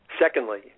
Secondly